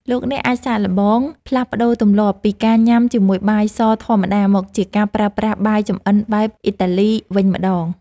លោកអ្នកអាចសាកល្បងផ្លាស់ប្តូរទម្លាប់ពីការញ៉ាំជាមួយបាយសធម្មតាមកជាការប្រើប្រាស់បាយចម្អិនបែបអ៊ីតាលី (Risotto) វិញម្តង។